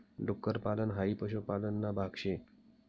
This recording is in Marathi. डुक्कर पालन हाई पशुपालन ना भाग शे